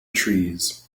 trees